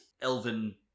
elven